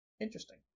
Interesting